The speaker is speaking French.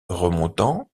remontant